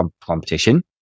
competition